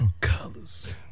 Colors